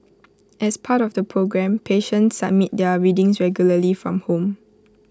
as part of the programme patients submit their readings regularly from home